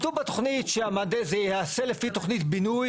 אבל, שם אין זכות.